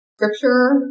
scripture